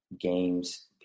games